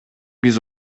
биз